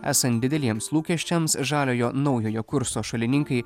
esant dideliems lūkesčiams žaliojo naujojo kurso šalininkai